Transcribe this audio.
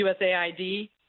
USAID